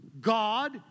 God